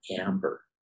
Amber